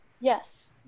Yes